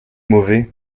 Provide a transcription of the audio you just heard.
mauvais